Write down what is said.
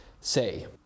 say